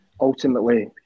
Ultimately